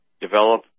develop